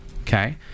Okay